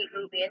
movie